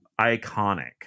iconic